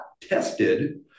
tested